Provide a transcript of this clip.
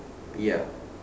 ya